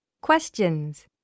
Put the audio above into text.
Questions